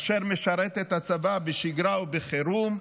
אשר משרת את הצבא בשגרה ובחירום.